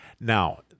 Now